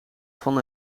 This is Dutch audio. van